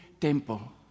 temple